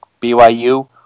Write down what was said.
BYU